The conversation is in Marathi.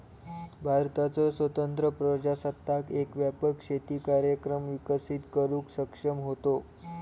भारताचो स्वतंत्र प्रजासत्ताक एक व्यापक शेती कार्यक्रम विकसित करुक सक्षम होतो